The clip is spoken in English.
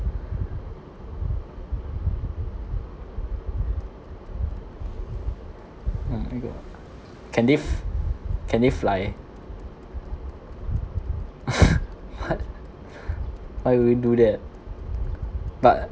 can they f~ can they fly what why would you do that but